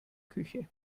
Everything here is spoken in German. küche